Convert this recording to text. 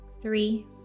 three